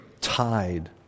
tied